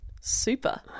super